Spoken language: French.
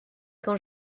quand